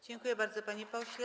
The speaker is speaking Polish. Dziękuję bardzo, panie pośle.